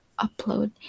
upload